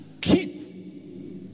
keep